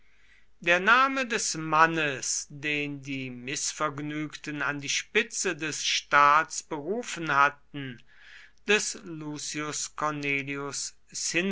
der name des mannes den die mißvergnügten an die spitze des staats berufen hatten des lucius cornelius